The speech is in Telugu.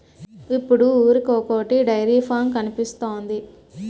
ఇప్పుడు ఊరికొకొటి డైరీ ఫాం కనిపిస్తోంది